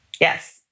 Yes